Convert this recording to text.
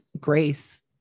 grace